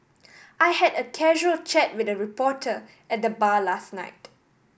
I had a casual chat with a reporter at the bar last night